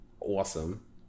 awesome